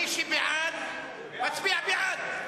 מי שבעד, מצביע בעד,